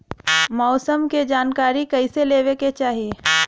मौसम के जानकारी कईसे लेवे के चाही?